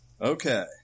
Okay